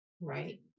right